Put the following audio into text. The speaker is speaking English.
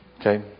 Okay